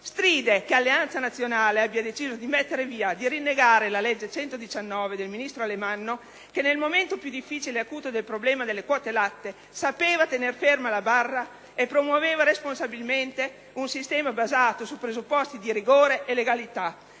Stride che Alleanza Nazionale abbia deciso di mettere via e di rinnegare la legge n. 119 del ministro Alemanno che, nel momento più difficile ed acuto del problema delle quote latte, ha saputo tenere ferma la barra e promuovere responsabilmente un sistema basato su presupposti di rigore e legalità,